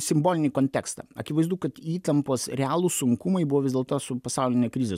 simbolinį kontekstą akivaizdu kad įtampos realūs sunkumai buvo vis dėlto su pasauline krize